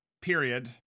period